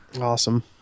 awesome